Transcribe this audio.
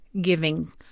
giving